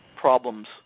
problems